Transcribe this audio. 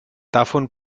davon